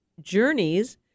Journeys